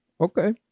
okay